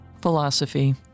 Philosophy